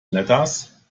letters